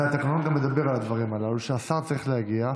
והתקנון גם מדבר על הדברים הללו, שהשר צריך להגיע.